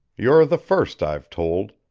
you're the first i've told.